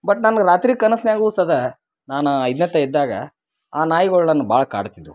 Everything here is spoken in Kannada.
ಬಟ್ ನನಗೆ ರಾತ್ರಿ ಕನಸಿನ್ಯಾಗು ಸದಾ ನಾನು ಐದ್ನೆತ್ತ ಇದ್ದಾಗ ಆ ನಾಯಿಗಳು ನನ್ನ ಭಾಳ ಕಾಡ್ತಿದ್ವು